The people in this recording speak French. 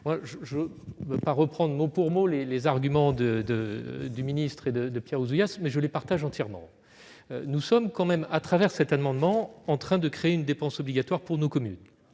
Je ne vais pas reprendre mot pour mot les arguments du ministre et de Pierre Ouzoulias, mais je les partage entièrement. À travers cet amendement, nous sommes tout de même en train de créer une dépense obligatoire pour nos communes